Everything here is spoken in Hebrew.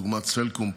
דוגמת סלקום,